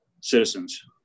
Citizens